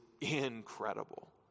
incredible